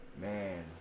Man